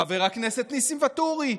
חבר הכנסת ניסים ואטורי,